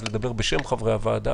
אני מרשה לעצמי לדבר בשם חברי הוועדה.